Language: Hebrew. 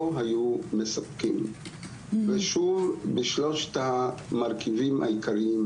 לא היו מספקים בשלושת המרכיבים העיקריים,